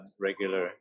regular